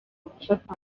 gufata